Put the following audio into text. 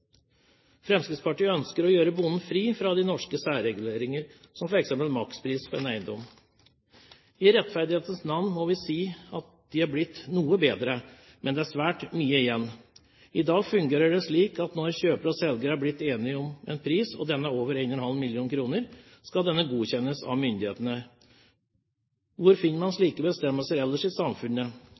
Fremskrittspartiet ønsker å gjøre bonden fri fra de norske særreguleringer, som f.eks. makspris på en eiendom. I rettferdighetens navn må vi si at de er blitt noe bedre, men det gjenstår svært mye. I dag fungerer det slik at når kjøper og selger er blitt enige om en pris, og den er over 1,5 mill. kr, skal denne godkjennes av myndighetene. Hvor finner man slike bestemmelser ellers i samfunnet?